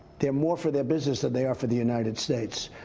they're more for their business than they are for the united states.